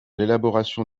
l’élaboration